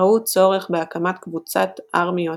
ראו צורך בהקמת קבוצת ארמיות